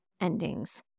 endings